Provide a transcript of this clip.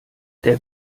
der